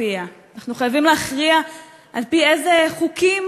אנחנו חייבים להכריע על-פי אילו חוקים